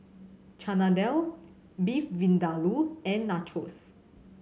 Chana Dal Beef Vindaloo and Nachos